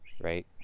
right